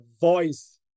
voice